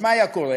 מה היה קורה?